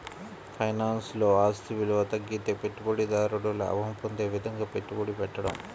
ఫైనాన్స్లో, ఆస్తి విలువ తగ్గితే పెట్టుబడిదారుడు లాభం పొందే విధంగా పెట్టుబడి పెట్టడం